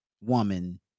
woman